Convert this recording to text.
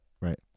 Right